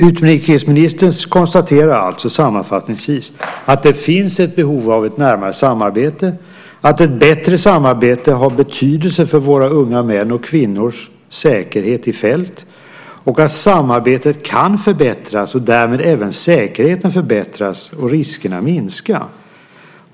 Sammanfattningsvis konstaterar utrikesministern alltså att det finns ett behov av ett närmare samarbete, att ett bättre samarbete har betydelse för våra unga mäns och kvinnors säkerhet i fält och att samarbetet, och därmed även säkerheten, kan förbättras och riskerna minskas.